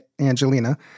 Angelina